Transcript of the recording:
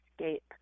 escape